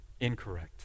incorrect